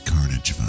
Carnage